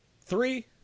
Three